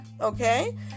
okay